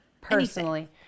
Personally